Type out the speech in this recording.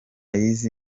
y’izi